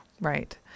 right